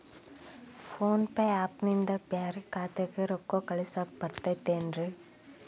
Phone pay app ನಿಂದ ಬ್ಯಾರೆ ಖಾತೆಕ್ ರೊಕ್ಕಾ ಕಳಸಾಕ್ ಬರತೈತೇನ್ರೇ?